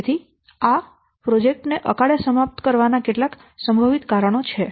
તેથી આ પ્રોજેક્ટ ને અકાળે સમાપ્ત કરવાના કેટલાક સંભવિત કારણો છે